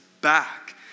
back